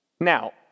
Now